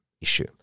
issue